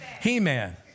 He-Man